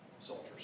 soldiers